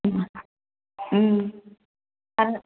आरो